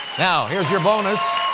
now, here's your bonus.